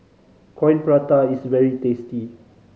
Coin Prata is very tasty